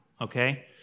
okay